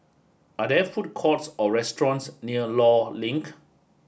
are there food courts or restaurants near Law Link